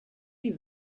die